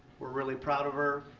we're really proud of her.